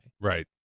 Right